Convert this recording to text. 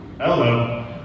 Hello